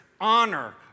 honor